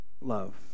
love